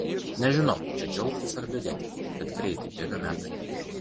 nežinau čia džiaugtis ar liūdėti bet greitai bėga metai